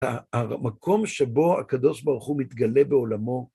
המקום שבו הקדוש ברוך הוא מתגלה בעולמו